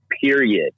period